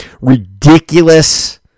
Ridiculous